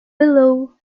below